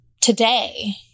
today